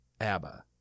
ABBA